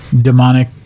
demonic